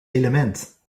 element